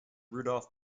rudolph